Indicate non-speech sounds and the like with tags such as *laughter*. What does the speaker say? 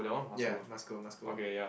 ya must go must go *noise*